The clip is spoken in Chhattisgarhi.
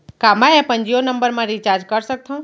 का मैं अपन जीयो नंबर म रिचार्ज कर सकथव?